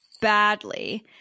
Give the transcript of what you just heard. badly